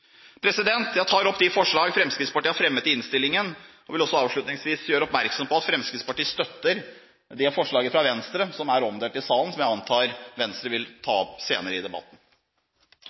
Jeg tar opp de forslag Fremskrittspartiet har fremmet i innstillingen. Jeg vil avslutningsvis gjøre oppmerksom på at Fremskrittspartiet støtter det forslaget fra Venstre som er omdelt i salen, som jeg antar at Venstre vil ta opp senere i debatten.